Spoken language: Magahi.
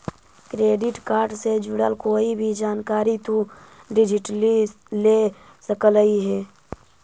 क्रेडिट कार्ड से जुड़ल कोई भी जानकारी तु डिजिटली ले सकलहिं हे